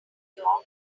york